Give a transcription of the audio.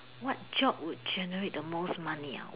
what job would generate the most money ah